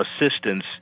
assistance